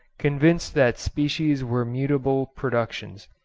convinced that species were mutable productions,